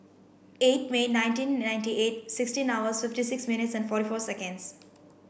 eight May nineteen ninety eight sixteen hours fifty six minutes and forty four seconds